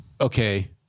okay